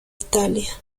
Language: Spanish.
italia